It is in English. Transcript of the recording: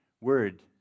Word